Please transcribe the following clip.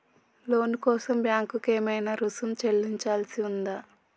లోను కోసం బ్యాంక్ కి ఏమైనా రుసుము చెల్లించాల్సి ఉందా?